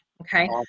Okay